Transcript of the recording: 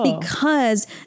because-